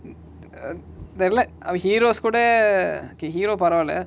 err தெரில அவ:therila ava heroes கூட:kooda okay hero பரவால:paravala